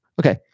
Okay